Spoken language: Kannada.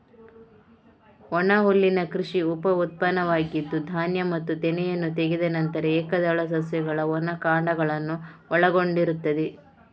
ಒಣಹುಲ್ಲಿನ ಕೃಷಿ ಉಪ ಉತ್ಪನ್ನವಾಗಿದ್ದು, ಧಾನ್ಯ ಮತ್ತು ತೆನೆಯನ್ನು ತೆಗೆದ ನಂತರ ಏಕದಳ ಸಸ್ಯಗಳ ಒಣ ಕಾಂಡಗಳನ್ನು ಒಳಗೊಂಡಿರುತ್ತದೆ